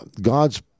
God's